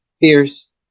fierce